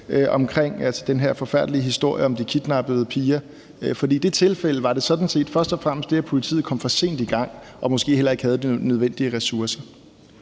altså den her forfærdelige historie, om de kidnappede piger, for i det tilfælde var det sådan set først og fremmest det, at politiet kom for sent i gang og måske heller ikke havde de nødvendige ressourcer.